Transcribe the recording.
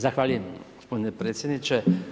Zahvaljujem gospodine predsjedniče.